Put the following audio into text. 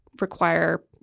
require